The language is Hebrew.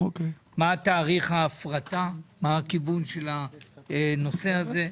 וכן, מה תאריך ההפרטה, מה הכיוון בנושא הזה.